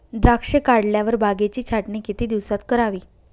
द्राक्षे काढल्यावर बागेची छाटणी किती दिवसात करावी?